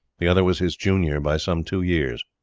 the other was his junior by some two years.